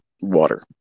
water